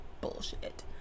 bullshit